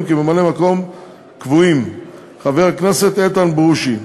כממלאי-מקום קבועים: חבר הכנסת איתן ברושי,